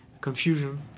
confusion